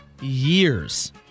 years